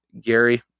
Gary